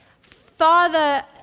father